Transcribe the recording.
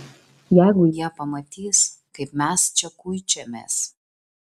jeigu jie pamatys kaip mes čia kuičiamės